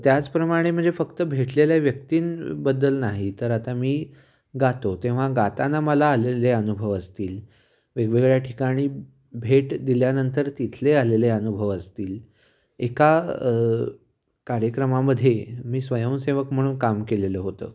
त्याचप्रमाणे म्हणजे फक्त भेटलेल्या व्यक्तींबद्दल नाही तर आता मी गातो तेव्हा गाताना मला आलेले अनुभव असतील वेगवेगळ्या ठिकाणी भेट दिल्यानंतर तिथले आलेले अनुभव असतील एका कार्यक्रमामध्ये मी स्वयंसेवक म्हणून काम केलेलं होतं